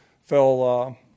fell